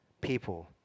people